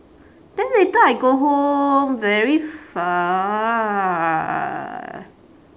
then later I go home very far